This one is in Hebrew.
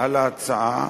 על ההצעה,